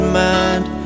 mind